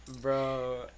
Bro